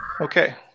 Okay